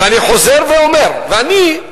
ואני חוזר ואומר, ואני,